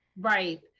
Right